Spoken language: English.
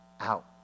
out